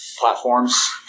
platforms